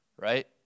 Right